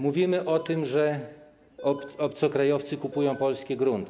Mówimy o tym, że obcokrajowcy kupują polskie grunty.